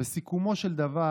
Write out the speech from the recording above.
שבסיכומו של דבר,